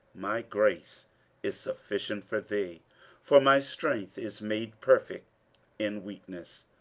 my grace is sufficient for thee for my strength is made perfect in weakness.